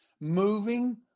moving